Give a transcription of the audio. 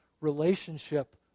relationship